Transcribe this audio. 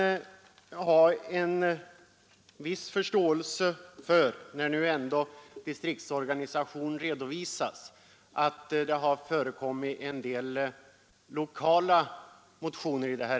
När distriktsorganisationen nu redovisas kan jag ha viss förståelse för att det väckts en del lokala motioner.